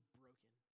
broken